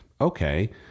Okay